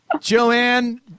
Joanne